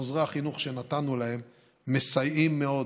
עוזרי החינוך שנתנו להם מסייעים מאוד